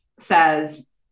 Says